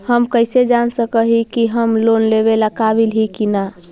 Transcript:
हम कईसे जान सक ही की हम लोन लेवेला काबिल ही की ना?